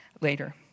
later